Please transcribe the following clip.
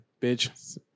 bitch